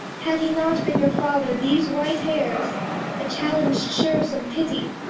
had he not been your father, these white hairs had challeng'd sure some pity?